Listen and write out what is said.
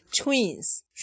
twins